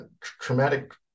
traumatic